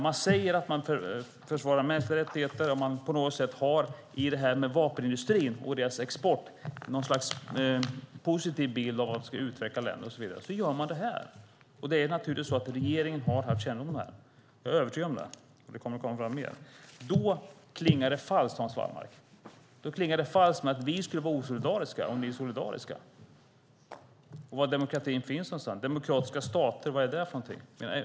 Man säger att man försvarar mänskliga rättigheter, och man har när det gäller vapenindustrin och deras export något slags positiv bild av att det ska utveckla länder, och så gör man det här. Det är naturligtvis så att regeringen har haft kännedom om detta. Jag är övertygad om det, och det kommer att komma fram mer. Då klingar det falskt, Hans Wallmark, att vi skulle vara osolidariska och ni solidariska. Var finns demokratin? Vad är demokratiska stater?